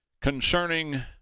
concerning